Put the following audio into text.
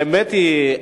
האמת היא,